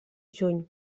juny